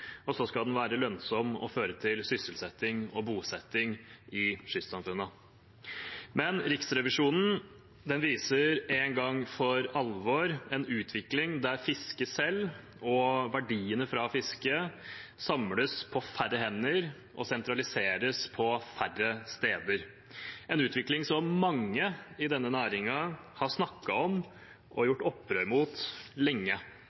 skal den være lønnsom og føre til sysselsetting og bosetting i kystsamfunnene. Men Riksrevisjonen viser en gang for alvor en utvikling der fisket selv og verdiene fra fisket samles på færre hender og sentraliseres på færre steder – en utvikling som mange i denne næringen har snakket om og gjort opprør mot lenge.